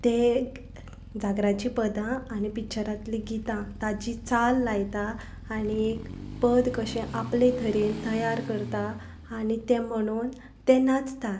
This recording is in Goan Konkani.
ते जागराची पदां आनी पिच्चरांतलीं गितां ताची चाल लायता आनी एक पद कशें आपले तरेन तयार करता आनी तें म्हणून ते नाचतात